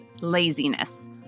laziness